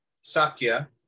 sakya